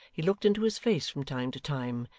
he looked into his face from time to time,